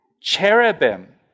Cherubim